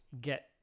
get